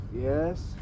Yes